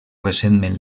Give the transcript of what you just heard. recentment